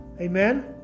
amen